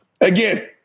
Again